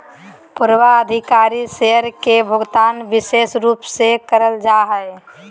पूर्वाधिकारी शेयर के भुगतान विशेष रूप से करल जा हय